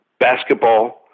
basketball